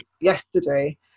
yesterday